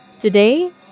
Today